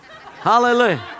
Hallelujah